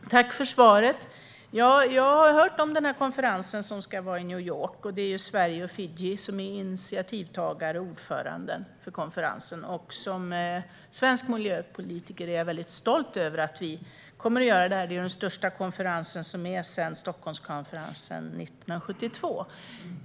Fru talman! Tack för svaret, miljöministern! Jag har hört om denna konferens som ska äga rum i New York. Det är Sverige och Fiji som är initiativtagare och ordförande vid konferensen. Som svensk miljöpolitiker är jag väldigt stolt över att vi kommer att göra detta. Det är ju den största konferensen sedan Stockholmskonferensen 1972.